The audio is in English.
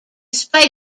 despite